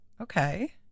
Okay